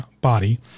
body